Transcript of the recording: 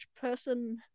person